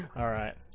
alright,